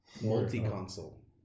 Multi-console